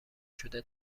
شده